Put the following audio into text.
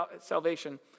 salvation